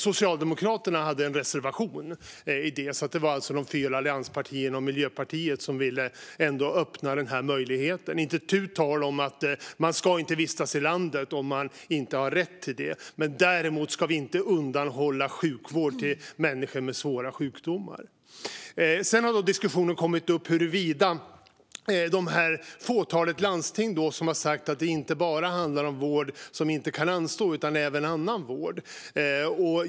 Socialdemokraterna hade en reservation, så det var alltså de fyra allianspartierna och Miljöpartiet som ville skapa den här möjligheten. Det är inte tu tal om att man inte ska vistas i landet om man inte har rätt till det, men däremot ska vi inte undanhålla sjukvård till människor med svåra sjukdomar. Sedan har diskussionen kommit upp om det fåtalet landsting som har sagt att det inte bara handlar om vård som inte kan anstå utan även annan vård.